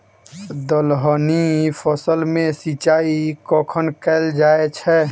दलहनी फसल मे सिंचाई कखन कैल जाय छै?